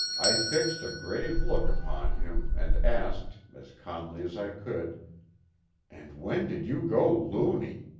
i fixed a grave look upon him and asked, as calmly as i could and when did you go luny?